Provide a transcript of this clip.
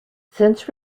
since